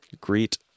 Greet